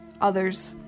others